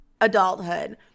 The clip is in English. adulthood